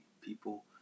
people